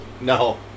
No